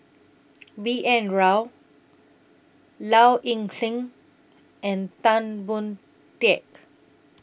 B N Rao Low Ing Sing and Tan Boon Teik